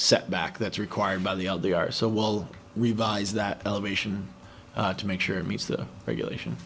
setback that's required by the old they are so will revise that elevation to make sure it meets the regulation